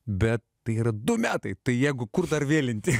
bet tai yra du metai tai jeigu kur dar vėlinti